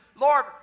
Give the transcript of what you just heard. Lord